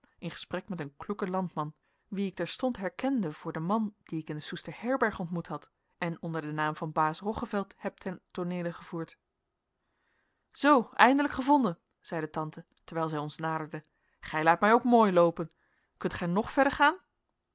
in gesprek met een kloeken landman wien ik terstond herkende voor den man dien ik in de soester herberg ontmoet had en onder den naam van baas roggeveld heb ten tooneele gevoerd zoo eindelijk gevonden zeide tante terwijl zij ons naderde gij laat mij ook mooi loopen kunt gij nog verder gaan